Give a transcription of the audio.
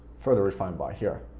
further refine by here,